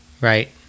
Right